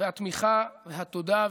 התמיכה והתודה,